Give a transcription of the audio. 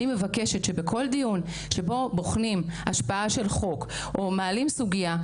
אני מבקשת שבכל דיון שבו בוחנים השפעה של חוק או מעלים סוגיה,